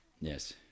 yes